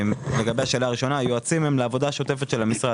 לשאלה הראשונה היועצים הם לעבודה שוטפת של המשרד.